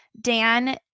Dan